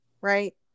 right